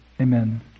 Amen